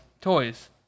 toys